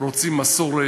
רוצים מסורת,